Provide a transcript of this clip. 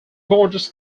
borders